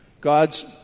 God's